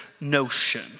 notion